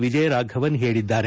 ವಿಜಯ ರಾಘವನ್ ಹೇಳಿದ್ದಾರೆ